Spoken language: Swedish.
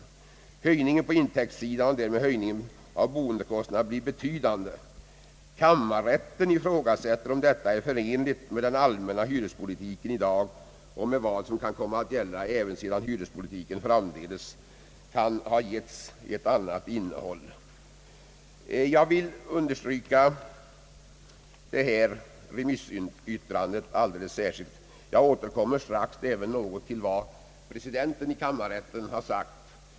Höjningen på intäktssidan och därmed höjningen av boendekostnaden blir betydande. Kammarrätten ifrågasätter om detta är förenligt med den allmänna hyrespolitiken i dag och med vad som kan komma att gälla även sedan hyrespolitiken framdeles kan ha getts ett annat innehåll. Jag vill alldeles särskilt understryka detta remissyttrande. Jag återkommer strax även till vad presidenten i kammarrätten sagt.